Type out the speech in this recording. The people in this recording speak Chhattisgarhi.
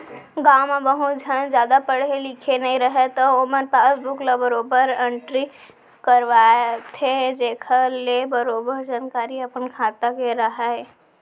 गॉंव म बहुत झन जादा पढ़े लिखे नइ रहयँ त ओमन पासबुक ल बरोबर एंटरी करवाथें जेखर ले बरोबर जानकारी अपन खाता के राहय